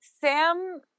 Sam